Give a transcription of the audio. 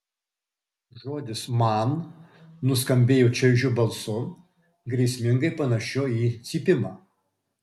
žodis man nuskambėjo čaižiu balsu grėsmingai panašiu į cypimą